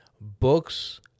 books